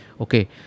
okay